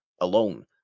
alone